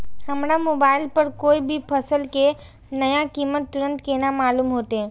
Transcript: हमरा मोबाइल पर कोई भी फसल के नया कीमत तुरंत केना मालूम होते?